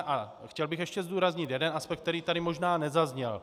A chtěl bych ještě zdůraznit jeden aspekt, který tady možná nezazněl.